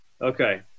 Okay